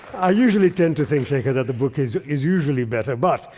ah usually tend to think think that the book is is usually better, but,